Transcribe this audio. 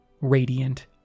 Radiant